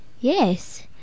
Yes